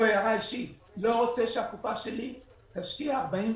אני לא רוצה שהקופה שלי תשקיע 49%,